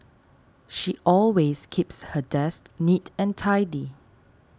she always keeps her desk neat and tidy